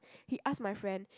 he asked my friend